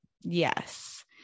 Yes